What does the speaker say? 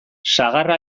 sagarra